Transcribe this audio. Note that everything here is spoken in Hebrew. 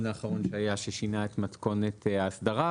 האחרון שהיה ששינה את מתכונת ההסדרה.